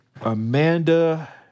Amanda